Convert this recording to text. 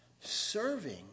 serving